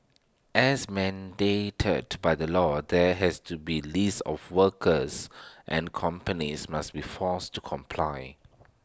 as mandated by the law there has to be A list of workers and companies must be forced to comply